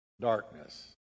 darkness